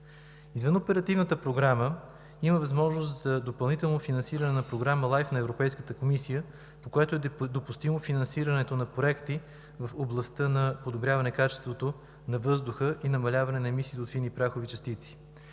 Извън Оперативната програма има възможност за допълнително финансиране на Програма LIFE на Европейската комисия, по която е допустимо финансирането на проекти в областта на подобряване качеството на въздуха и намаляване на емисиите от фини прахови частици.